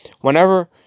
whenever